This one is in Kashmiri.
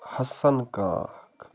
حسن کاکھ